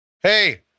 Hey